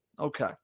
Okay